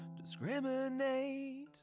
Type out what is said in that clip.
discriminate